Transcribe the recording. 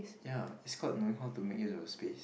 ya it's called knowing how to make use of your space